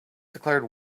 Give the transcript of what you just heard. declared